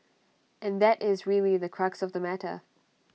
and that is really the crux of the matter